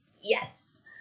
Yes